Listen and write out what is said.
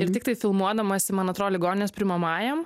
ir tiktai filmuodamasi man atro ligoninės priimamajam